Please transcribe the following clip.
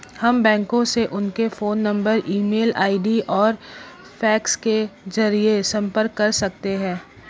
हम बैंकों से उनके phone number email ID और फैक्स के जरिए संपर्क कर सकते हैं